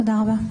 תודה רבה.